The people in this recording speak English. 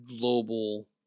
global